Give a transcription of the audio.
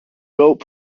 built